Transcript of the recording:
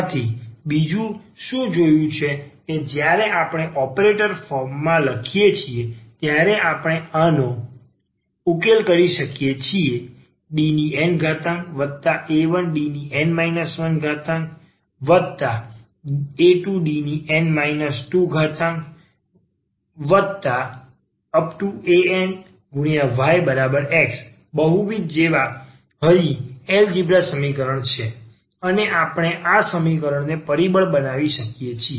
dnydxna1dn 1ydxn 1anyX અને બીજું શું આપણે જોયું છે કે જ્યારે આપણે ઓપરેટર ફોર્મમાં લખીએ છીએ ત્યારે આપણે આનો ઉકેલ કરી શકીએ છીએ Dna1Dn 1a2Dn 2anyX બહુવિધ જેવા અહીં એલજીબ્રા સમીકરણ છે અને આપણે આ સમીકરણને પરિબળ બનાવી શકીએ છીએ